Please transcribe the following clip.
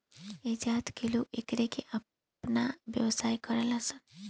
ऐह जात के लोग एकरे से आपन व्यवसाय करेलन सन